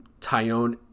tyone